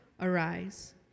arise